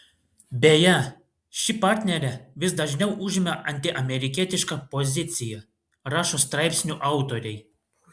beje ši partnerė vis dažniau užima antiamerikietišką poziciją rašo straipsnių autoriai